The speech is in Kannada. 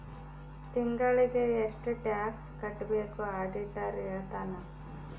ತಿಂಗಳಿಗೆ ಎಷ್ಟ್ ಟ್ಯಾಕ್ಸ್ ಕಟ್ಬೇಕು ಆಡಿಟರ್ ಹೇಳ್ತನ